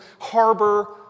harbor